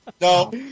No